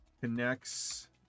connects